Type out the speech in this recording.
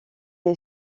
est